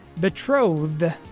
betrothed